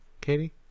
Katie